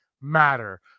matter